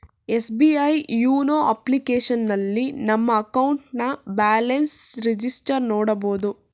SBI YONO ಅಪ್ಲಿಕೇಶನ್ನಲ್ಲಿ ನಮ್ಮ ಅಕೌಂಟ್ನ ಬ್ಯಾಲೆನ್ಸ್ ಹಿಸ್ಟರಿ ನೋಡಬೋದು